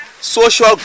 social